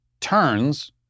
turns